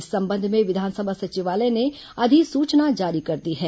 इस संबंध में विधानसभा सचिवालय ने अधिसूचना जारी कर दी है